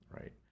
right